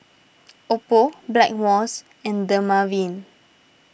Oppo Blackmores and Dermaveen